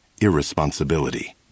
irresponsibility